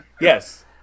Yes